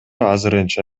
азырынча